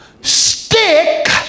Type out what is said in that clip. stick